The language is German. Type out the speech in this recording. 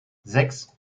sechs